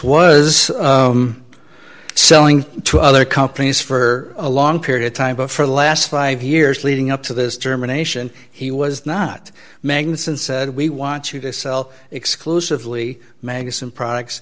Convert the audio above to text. was selling to other companies for a long period of time but for the last five years leading up to this germination he was not magnets and said we want you to sell exclusively magazine products